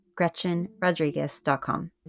GretchenRodriguez.com